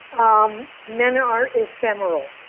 um men are ephemeral.